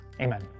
Amen